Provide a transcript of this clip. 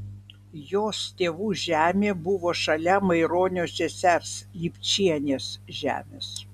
jos tėvų žemė buvo šalia maironio sesers lipčienės žemės